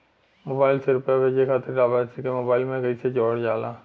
Mobile से रूपया भेजे खातिर लाभार्थी के मोबाइल मे कईसे जोड़ल जाला?